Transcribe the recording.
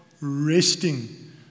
resting